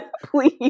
Please